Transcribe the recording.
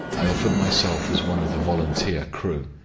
i offered myself as one of the volunteer crew.